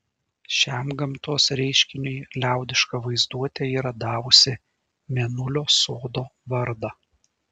šiam gamtos reiškiniui liaudiška vaizduotė yra davusi mėnulio sodo vardą